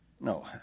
No